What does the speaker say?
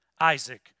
Isaac